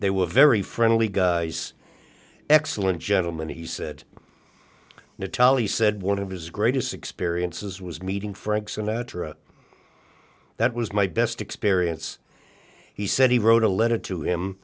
they were very friendly guys excellent gentlemen he said nataly said one of his greatest experiences was meeting frank sinatra that was my best experience he said he wrote a letter to him